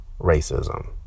Racism